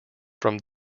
from